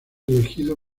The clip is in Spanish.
elegido